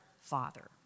father